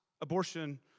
abortion